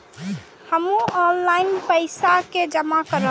हमू ऑनलाईनपेसा के जमा करब?